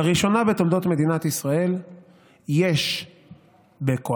לראשונה בתולדות מדינת ישראל יש בקואליציה,